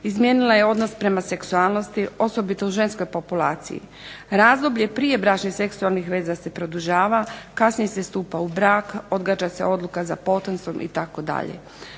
izmijenila je odnos prema seksualnosti, osobito u ženskoj populaciji. Razdoblje prije bračnih seksualnih veza se produžava, kasnije se stupa u brak, odgađa se odluka za potomstvom itd.